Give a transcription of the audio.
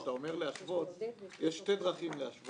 כשאתה אומר להשוות יש שתי דרכים להשוות.